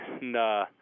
No